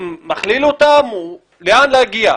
לכן להגיע?